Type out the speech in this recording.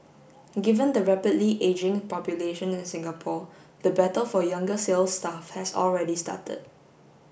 given the rapidly ageing population in Singapore the battle for younger sales staff has already started